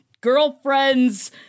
girlfriend's